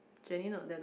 Jenny not there now